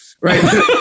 right